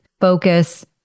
focus